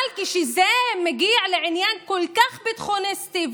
אבל כשזה מגיע לעניין כל כך ביטחוניסטי,